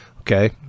Okay